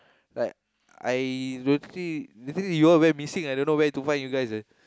like I basically basically you all went missing I don't know where to find you guys eh